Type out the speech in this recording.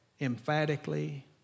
emphatically